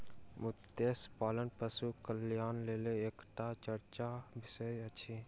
मत्स्य पालन पशु कल्याणक लेल एकटा चर्चाक विषय अछि